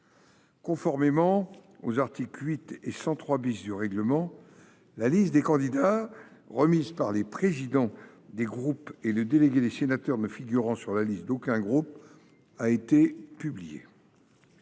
Conformément aux articles 8 et 103 du règlement, la liste des candidats remise par les présidents des groupes et le délégué des sénateurs ne figurant sur la liste d’aucun groupe a été publiée.